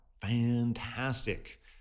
Fantastic